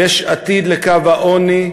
יש עתיד לקו העוני,